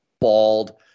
bald